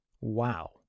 Wow